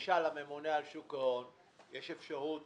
לממונה על רשות שוק ההון יש אפשרות